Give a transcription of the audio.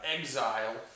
exile